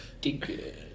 good